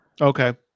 Okay